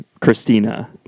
Christina